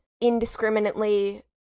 indiscriminately